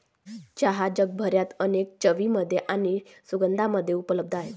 चहा जगभरात अनेक चवींमध्ये आणि सुगंधांमध्ये उपलब्ध आहे